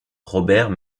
robert